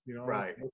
Right